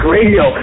Radio